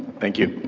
thank you.